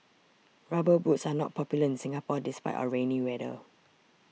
rubber boots are not popular in Singapore despite our rainy weather